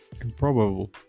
improbable